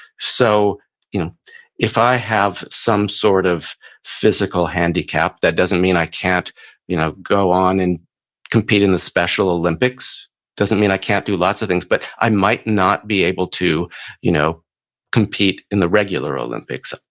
so you know if i have some sort of physical handicap, that doesn't mean i can't you know go on and compete in the special olympics, it doesn't mean i can't do lots of things. but i might not be able to you know compete in the regular olympics. ah